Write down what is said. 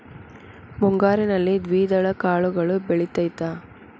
ಮುಂಗಾರಿನಲ್ಲಿ ದ್ವಿದಳ ಕಾಳುಗಳು ಬೆಳೆತೈತಾ?